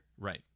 Right